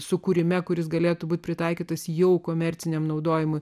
sukūrime kuris galėtų būti pritaikytas jau komerciniam naudojimui